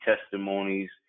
testimonies